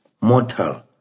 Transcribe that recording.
Mortal